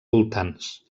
voltants